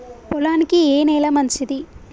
పొలానికి ఏ నేల మంచిది?